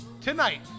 Tonight